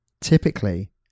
Typically